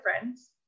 friends